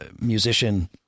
musician